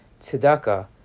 tzedakah